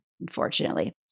unfortunately